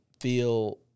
feel